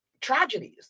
tragedies